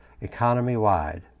economy-wide